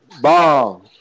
Bomb